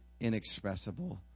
inexpressible